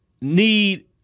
need